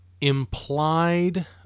implied